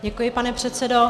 Děkuji, pane předsedo.